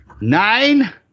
Nine